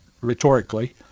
rhetorically